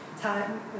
time